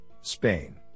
Spain